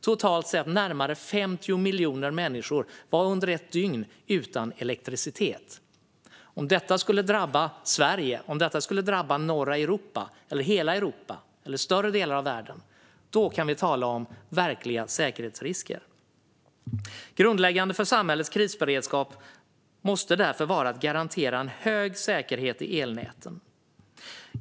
Totalt närmare 50 miljoner människor var under ett dygn utan elektricitet. Om detta skulle drabba Sverige, norra Europa, hela Europa eller större delar av världen kan vi tala om verkliga säkerhetsrisker. Grundläggande för samhällets krisberedskap måste därför vara att garantera en hög säkerhet i elnäten.